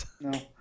No